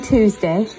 Tuesday